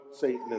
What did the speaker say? Satan